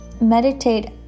meditate